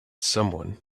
someone